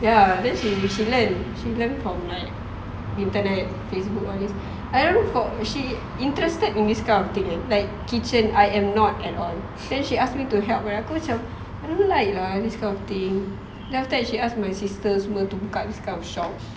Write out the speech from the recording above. ya then she learn she learn from like internet facebook all this I don't for she interested in this kind of thing eh like kitchen I am not at all then she ask me to help aku macam I don't like lah this kind of thing then after that she ask my sister itu semua untuk buka this kind of shop